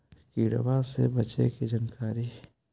किड़बा से बचे के जानकारी?